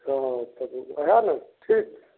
हँ तब वएह नऽ ठीक